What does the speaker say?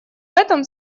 этом